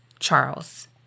Charles